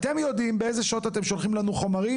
אתם יודעים באיזה שעות אתם שולחים לנו חומרים